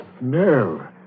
No